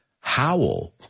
Howl